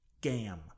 Gam